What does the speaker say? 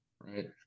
right